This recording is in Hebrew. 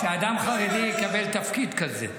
-- שאדם חרדי יקבל תפקיד כזה.